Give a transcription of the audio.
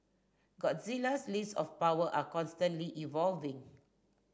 Godzilla's list of power are constantly evolving